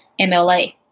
MLA